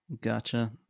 Gotcha